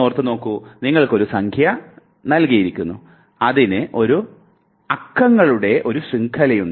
ഓർത്തുനോക്കൂ നിങ്ങൾക്ക് ഒരു സംഖ്യ നൽകിയിരിക്കുന്നു അതിന് ഒരു അക്കങ്ങളുടെ ഒരു ശൃംഖലയുണ്ട്